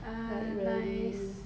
ah nice